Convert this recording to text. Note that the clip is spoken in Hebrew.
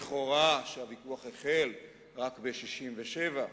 שלכאורה הוויכוח החל רק ב-67'.